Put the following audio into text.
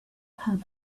her